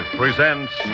presents